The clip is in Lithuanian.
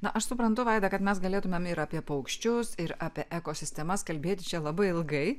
na aš suprantu vaida kad mes galėtumėm ir apie paukščius ir apie ekosistemas kalbėti čia labai ilgai